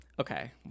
Okay